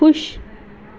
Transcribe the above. ਖੁਸ਼